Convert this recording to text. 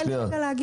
אתם לא חלק